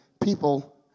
people